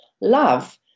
love